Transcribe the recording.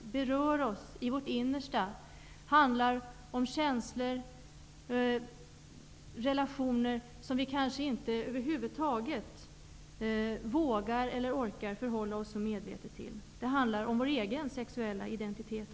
De berör oss i vårt innersta, handlar om känslor och relationer som vi kanske över huvud taget inte vågar eller orkar förhålla oss så medvetet till. Det handlar också om vår egen sexuella identitet.